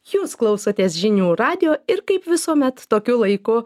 jūs klausotės žinių radijo ir kaip visuomet tokiu laiku